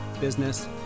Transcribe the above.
business